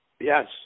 Yes